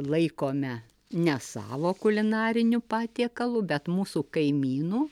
laikome ne savo kulinariniu patiekalu bet mūsų kaimynų